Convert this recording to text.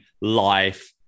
life